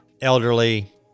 Elderly